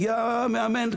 הגיע מאמן,